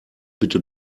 bitte